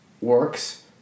works